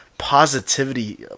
positivity